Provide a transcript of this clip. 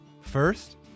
First